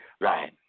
Right